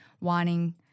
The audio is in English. wanting